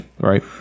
Right